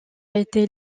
été